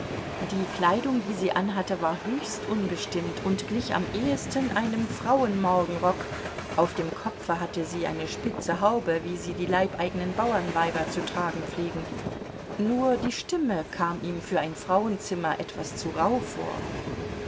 die kleidung die sie anhatte war höchst unbestimmt und glich am ehesten einem frauenmorgenrock auf dem kopfe hatte sie eine spitze haube wie sie die leibeigenen bauernweiber zu tragen pflegen nur die stimme kam ihm für ein frauenzimmer etwas zu rauh vor